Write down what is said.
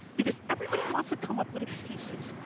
because everybody wants to come up with excuses.